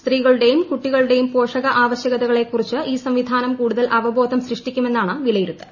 സ്ത്രീകളുടെയും കുട്ടികളുടെയും പോഷക ആവശ്യകതകളെക്കുറിച്ച് ഈ സംവിധാനം കൂടുതൽ അവബോധം സൃഷ്ടിക്കുമെന്നാണ് വിലയിരുത്തൽ